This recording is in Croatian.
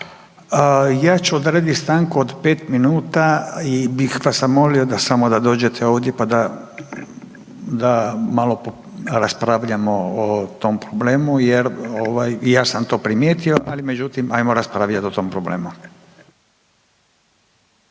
Ja ću odrediti stanku od 5 minuta i bih vas zamolio samo da dođete ovdje pa da, da malo raspravljamo o tom problemu jer ovaj, i ja sam to primijetio , ali međutim, ajmo raspravljati o tom problemu.